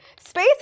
Space